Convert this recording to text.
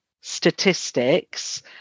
statistics